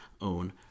own